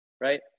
right